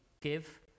give